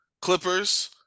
Clippers